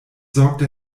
sorgte